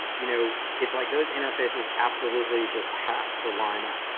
you know it's like those interfaces absolutely just have to line up.